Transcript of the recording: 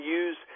use